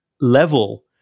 level